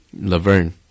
laverne